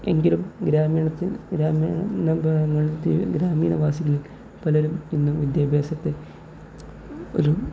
എങ്കിലും ഗ്രാമീണത്തിൽ ഗ്രാമീണ ഗ്രാമീണവാസലിൽ പലരും ഇന്നും വിദ്യാഭ്യാസത്തെ ഒരു